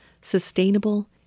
Sustainable